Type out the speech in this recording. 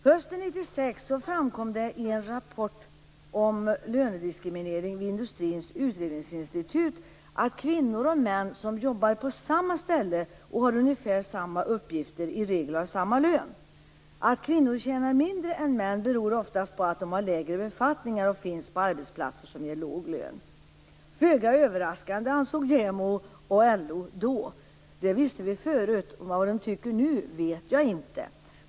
Hösten 1996 framkom det i en rapport om lönediskriminering vid Industrins utredningsinstitut att kvinnor och män som jobbar på samma ställe och har ungefär samma uppgifter i regel har samma lön. Att kvinnor tjänar mindre än män beror oftast på att de har lägre befattningar och finns på arbetsplatser som ger låg lön. JämO och LO ansåg då att det var föga överraskande. Det visste man förut. Vad de tycker nu, vet jag inte.